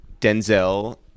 Denzel